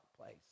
place